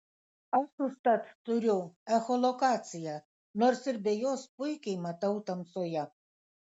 aš užtat turiu echolokaciją nors ir be jos puikiai matau tamsoje